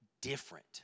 different